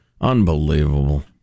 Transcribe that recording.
Unbelievable